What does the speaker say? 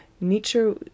Nature